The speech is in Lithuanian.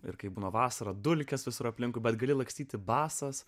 ir kaip vasarą dulkės visur aplinkui bet gali lakstyti basas